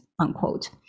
Unquote